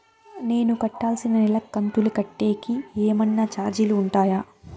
నేను కట్టాల్సిన నెల కంతులు కట్టేకి ఏమన్నా చార్జీలు ఉంటాయా?